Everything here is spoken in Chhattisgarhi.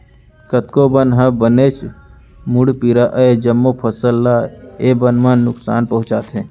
कतको बन ह बनेच मुड़पीरा अय, जम्मो फसल ल ए बन मन नुकसान पहुँचाथे